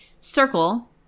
circle